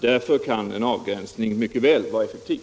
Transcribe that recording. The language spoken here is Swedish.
Därför kan en avgränsning mycket väl vara effektiv.